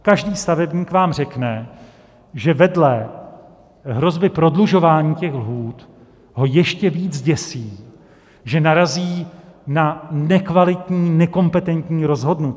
Každý stavebník vám řekne, že vedle hrozby prodlužování lhůt ho ještě víc děsí, že narazí na nekvalitní, nekompetentní rozhodnutí.